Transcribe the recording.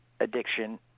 addiction